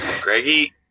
Greggy